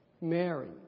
Mary